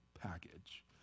package